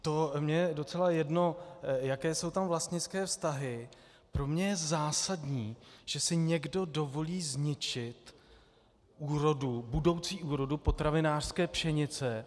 To mně je docela jedno, jaké jsou tam vlastnické vztahy, ale pro mě je zásadní, že si někdo dovolí zničit úrodu, budoucí úrodu potravinářské pšenice.